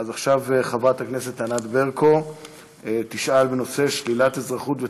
עכשיו חברת הכנסת ענת ברקו תשאל בנושא: שלילת אזרחות ותושבות.